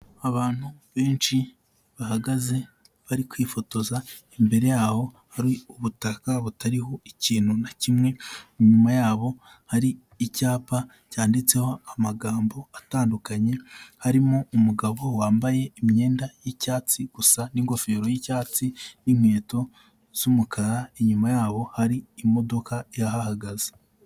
Abantu benshi bahagaze bari kwifotoza, imbere yabo hari ubutaka butariho ikintu na kimwe, inyuma yabo hari icyapa cyanditseho amagambo atandukanye, harimo umugabo wambaye imyenda y'icyatsi gusa n'ingofero y'icyatsi n'inkweto z'umukara, inyuma yabo hari imodoka ihahagaze.